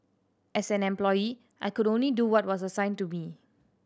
as an employee I could only do what was assigned to me